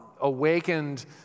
awakened